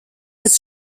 his